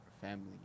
family